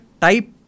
type